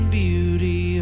beauty